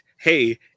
hey